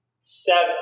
seven